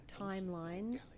timelines